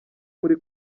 muri